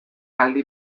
aldi